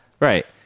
Right